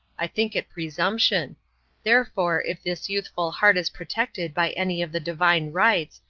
i think it presumption therefore, if this youthful heart is protected by any of the divine rights,